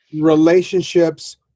Relationships